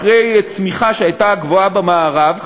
אחרי צמיחה שהייתה הגבוהה במערב,